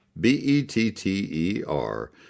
B-E-T-T-E-R